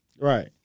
Right